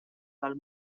del